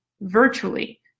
virtually